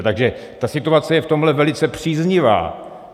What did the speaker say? Takže ta situace je v tomhle velice příznivá.